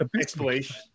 explanation